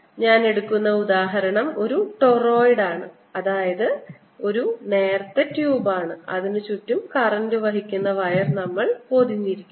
ഞാൻ എടുക്കുന്ന ഉദാഹരണം ഒരു ടോറോയിഡ് ആണ് അതായത് അത് ഒരു നേർത്ത ട്യൂബാണ് അതിനുചുറ്റും കറന്റ് വഹിക്കുന്ന വയർ നമ്മൾ പൊതിഞ്ഞിരിക്കുന്നു